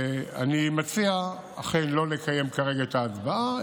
אני מציע לא לקיים כרגע את ההצבעה,